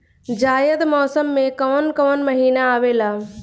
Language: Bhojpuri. जायद मौसम में कौन कउन कउन महीना आवेला?